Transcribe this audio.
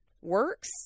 works